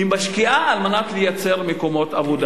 היא משקיעה על מנת לייצר מקומות עבודה.